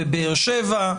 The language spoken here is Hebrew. בבאר-שבע.